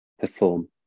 Perform